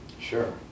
sure